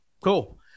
Cool